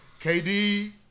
KD